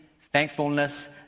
thankfulness